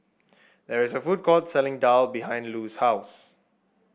there is a food court selling daal behind Lou's house